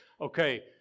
Okay